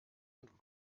und